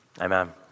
amen